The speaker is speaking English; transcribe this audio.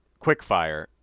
quickfire